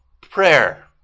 prayer